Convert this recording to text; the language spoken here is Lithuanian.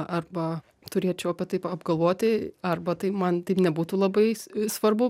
arba turėčiau apie tai p apgalvoti arba tai man taip nebūtų labais svarbu